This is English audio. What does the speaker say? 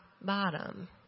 bottom